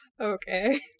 Okay